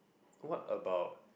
what about